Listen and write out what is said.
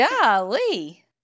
Golly